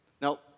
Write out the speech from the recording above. Now